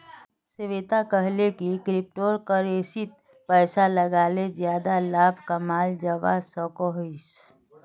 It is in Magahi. श्वेता कोहले की क्रिप्टो करेंसीत पैसा लगाले ज्यादा लाभ कमाल जवा सकोहिस